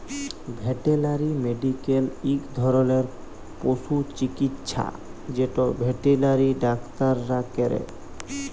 veterinary medical ইক ধরলের পশু চিকিচ্ছা যেট ভেটেলারি ডাক্তাররা ক্যরে